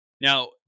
Now